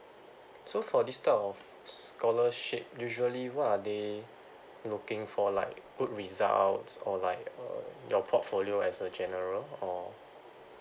so for this type of scholarship usually what are they looking for like good results or like uh your portfolio as a general or